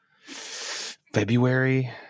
February